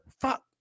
fuck